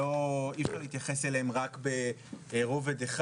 אי אפשר להתייחס אליהם רק ברובד אחד,